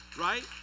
right